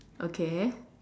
okay